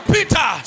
Peter